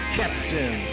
captain